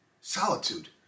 solitude